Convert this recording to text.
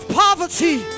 poverty